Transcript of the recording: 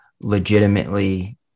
legitimately –